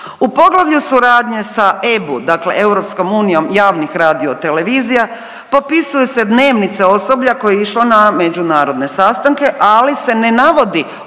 U poglavlju suradnje sa EBU, dakle Europskom unijom javnih radiotelevizija popisuju se dnevnice osoblja koje je išlo na međunarodne sastanke, ali se ne navodi oblik